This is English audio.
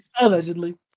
Allegedly